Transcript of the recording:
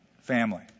family